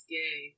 gay